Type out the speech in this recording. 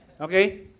Okay